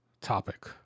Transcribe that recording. topic